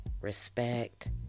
respect